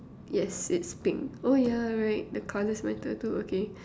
yes it's pink oh ya right the colors matter too okay